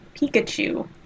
Pikachu